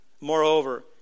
Moreover